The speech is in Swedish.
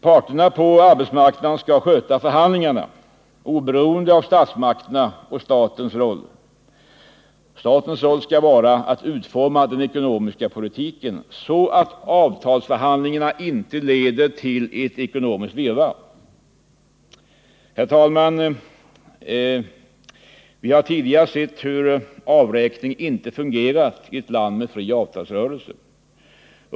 Parterna på arbetsmarknaden skall sköta förhandlingarna oberoende av statsmakterna, och statens roll skall vara att utforma den ekonomiska politiken så att avtalsförhandlingarna inte leder till ekonomiskt virrvarr. Vi har tidigare sett hur avräkning inte fungerar i ett land med fri avtalsrörelse.